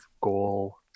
goal